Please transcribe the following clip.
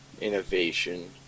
innovation